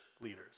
leaders